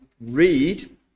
read